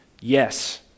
Yes